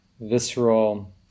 visceral